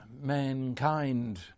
mankind